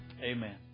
Amen